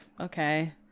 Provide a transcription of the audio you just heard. okay